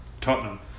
Tottenham